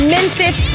Memphis